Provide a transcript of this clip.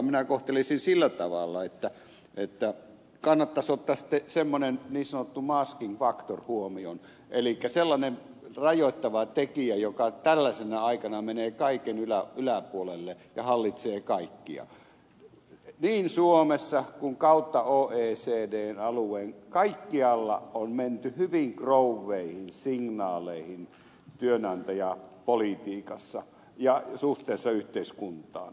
minä kohtelisin sillä tavalla että kannattaisi ottaa semmoinen niin sanottu masking factor huomioon elikkä sellainen rajoittava tekijä joka tällaisena aikana menee kaiken yläpuolelle ja hallitsee kaikkea niin suomessa kuin kautta oecdn alueen kaikkialla on menty hyvin krouveihin signaaleihin työnantajapolitiikassa ja suhteessa yhteiskuntaan